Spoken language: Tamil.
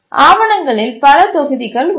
ஆவணங்களில் பல தொகுதிகள் உள்ளன